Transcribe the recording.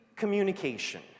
communication